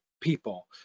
people